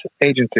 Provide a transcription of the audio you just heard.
agency